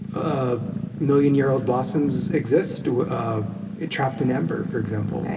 a million-year-old blossoms exist, ah, trapped in amber, for example right